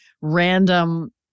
random